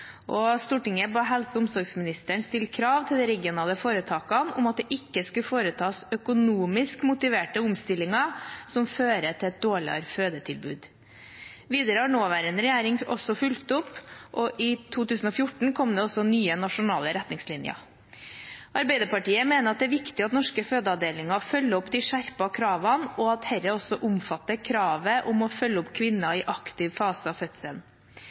og Stortinget ba helse- og omsorgsministeren stille krav til de regionale foretakene om at det ikke skulle foretas økonomisk motiverte omstillinger som fører til et dårligere fødetilbud. Videre har nåværende regjering også fulgt opp, og i 2014 kom det også nye nasjonale retningslinjer. Arbeiderpartiet mener det er viktig at norske fødeavdelinger følger opp de skjerpede kravene, og at dette også omfatter kravet om å følge opp kvinner i aktiv fase av fødselen.